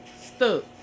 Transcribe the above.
Stuck